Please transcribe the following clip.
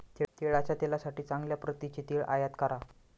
तिळाच्या तेलासाठी चांगल्या प्रतीचे तीळ आयात करा